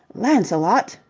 lancelot!